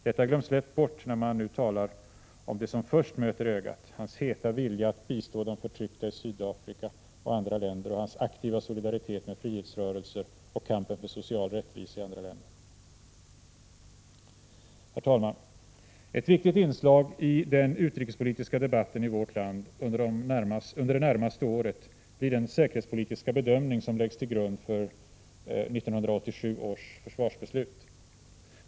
Detta glöms lätt bort när man nu talar om det som först möter ögat — hans heta vilja att bistå de förtryckta i Sydafrika och i andra länder och hans aktiva solidaritet med frihetsrörelser och kampen för social rättvisa i andra länder. Herr talman! Ett viktigt inslag i den utrikespolitiska debatten i vårt land under det närmaste året blir den säkerhetspolitiska bedömning som läggs till grund för 1987 års försvarsbeslut.